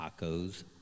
Tacos